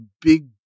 big